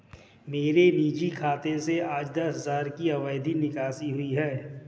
मेरे निजी खाते से आज दस हजार की अवैध निकासी हुई है